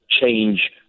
change